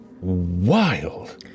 wild